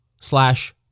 slash